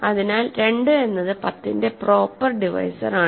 അതിനാൽ 2 എന്നത് 10 ന്റെ പ്രോപ്പർ ഡിവൈസർ ആണ്